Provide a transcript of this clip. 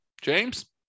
james